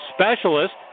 Specialist